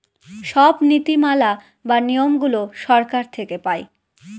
সব নীতি মালা বা নিয়মগুলো সরকার থেকে পায়